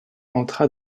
entra